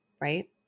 right